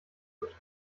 kaputt